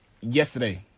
Yesterday